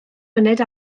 myned